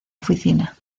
oficina